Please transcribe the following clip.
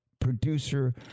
producer